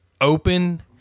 open